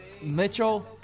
Mitchell